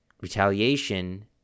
retaliation